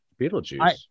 Beetlejuice